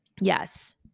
yes